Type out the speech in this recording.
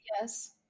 Yes